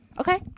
okay